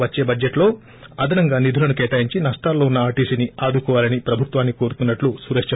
వచ్చే బడ్లెట్ లో అదనంగా నిధులను కేటాయించి నష్టాల్లో ఉన్న ఆర్లీసీని ఆదుకోవాలని ప్రభుత్వాన్ని కోరుతున్నట్లు సురేష్ చెప్పారు